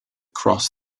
cross